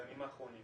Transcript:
בימים האחרונים,